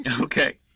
Okay